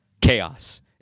chaos